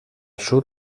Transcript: sud